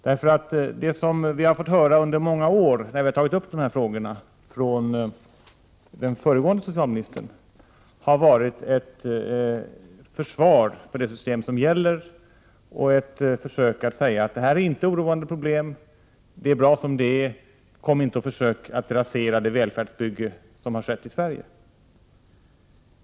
Det vi har fått höra från föregående socialminister under många år när vi har tagit upp dessa frågor, har varit ett försvar för det system som gäller och ett försök att säga: Detta är inte oroande problem. Det är bra som det är. Kom inte och försök att rasera det välfärdsbygge som har skett i Sverige!